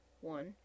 one